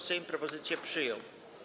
Sejm propozycję przyjął.